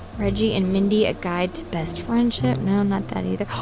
reggie and mindy, a guide to best friendship no, not that either. oh,